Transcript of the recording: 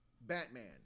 Batman